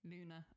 Luna